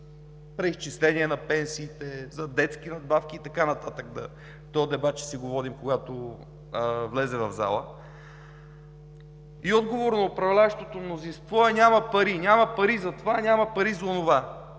за преизчисление на пенсиите, за детски надбавки и така нататък – този дебат ще го водим, когато влезе в залата, отговорът на управляващото мнозинство е: „Няма пари! Няма пари за това, няма пари за онова!“